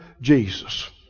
Jesus